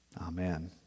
Amen